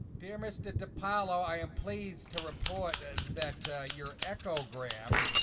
dear mr. dipaolo, i am pleased to report and that your echo graham